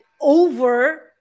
over